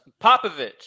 Popovich